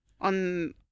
on